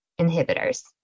inhibitors